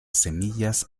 semillas